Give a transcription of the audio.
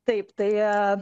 taip tai